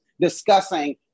discussing